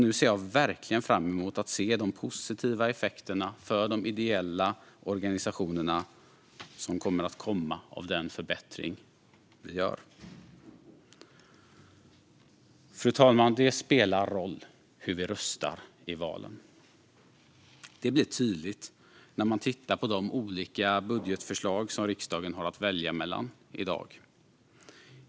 Nu ser jag verkligen fram emot att se de positiva effekter för de ideella organisationerna som kommer att komma av den förbättring vi gör. Fru talman! Det spelar roll hur vi röstar i valen. Det blir tydligt när man tittar på de olika budgetförslag som riksdagen har att välja mellan i dag.